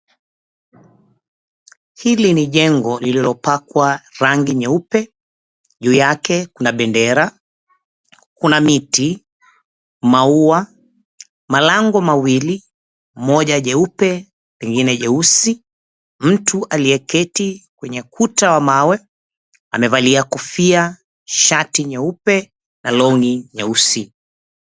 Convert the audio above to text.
Hili ni jengo lililopakwa rangi nyeupe, juu yake kuna bendera, kuna miti, maua, malango mawili moja jeupe lingine jeusi. Mtu aliyeketi kwenye ukuta wa mawe, amevalia kofia, shati nyeupe na long'i nyeusi.